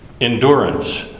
endurance